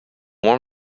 warm